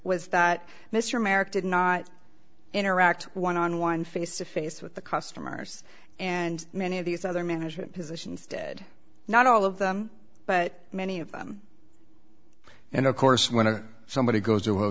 that mr merrick did not interact one on one face to face with the customers and many of these other management positions did not all of them but many of them and of course whenever somebody goes there will